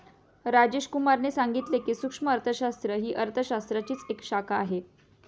राजेश कुमार ने सांगितले की, सूक्ष्म अर्थशास्त्र ही अर्थशास्त्राचीच एक शाखा आहे